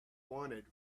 wanted